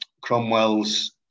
Cromwell's